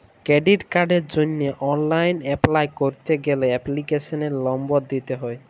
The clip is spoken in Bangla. ক্রেডিট কার্ডের জন্হে অনলাইল এপলাই ক্যরতে গ্যালে এপ্লিকেশনের লম্বর দিত্যে হ্যয়